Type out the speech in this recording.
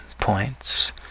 points